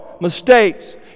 Mistakes